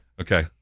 Okay